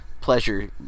pleasure